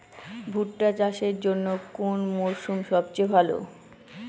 ভুট্টা চাষের জন্যে কোন মরশুম সবচেয়ে ভালো?